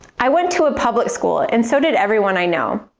i went to a public school, and so did everyone i know.